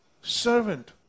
servant